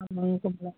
ம்